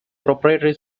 proprietary